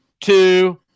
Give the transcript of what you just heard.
two